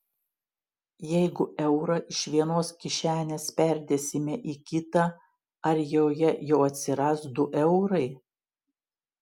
jeigu eurą iš vienos kišenės perdėsime į kitą ar joje jau atsiras du eurai